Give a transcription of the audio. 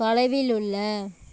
தொலைவில் உள்ள